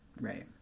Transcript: Right